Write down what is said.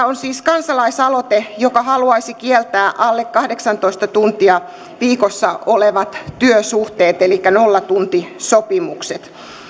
on siis kansalaisaloite joka haluaisi kieltää alle kahdeksantoista tuntia viikossa olevat työsuhteet elikkä nollatuntisopimukset